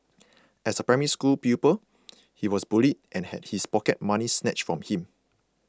as a Primary School pupil he was bullied and had his pocket money snatched from him